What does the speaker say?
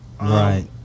right